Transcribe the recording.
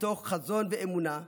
מתוך חזון ואמונה,